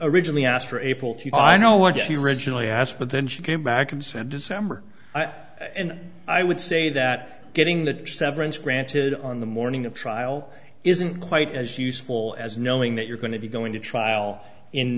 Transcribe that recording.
originally asked but then she came back and said december and then i would say that getting the severance granted on the morning of trial isn't quite as useful as knowing that you're going to be going to trial in